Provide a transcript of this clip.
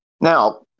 Now